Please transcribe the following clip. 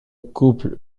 couple